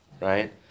right